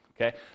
Okay